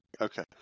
Okay